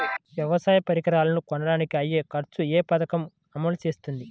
వ్యవసాయ పరికరాలను కొనడానికి అయ్యే ఖర్చు ఏ పదకము అమలు చేస్తుంది?